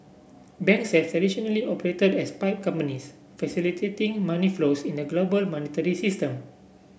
banks have traditionally operated as pipe companies facilitating money flows in the global monetary system